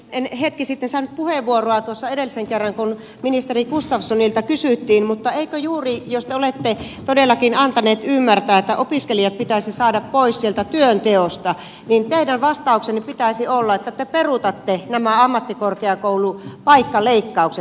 en hetki sitten saanut puheenvuoroa edellisen kerran kun ministeri gustafssonilta kysyttiin mutta eikö juuri jos te olette todellakin antaneet ymmärtää että opiskelijat pitäisi saada pois sieltä työnteosta teidän vastauksenne pitäisi olla että te peruutatte nämä ammattikorkeakoulupaikkaleikkaukset